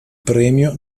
premio